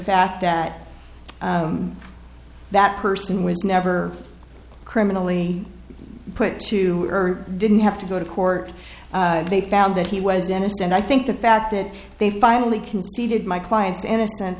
fact that that person was never criminally put to her didn't have to go to court they found that he was a dentist and i think the fact that they've finally conceded my client's innocen